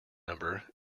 number